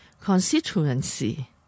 constituency